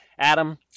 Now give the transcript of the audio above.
Adam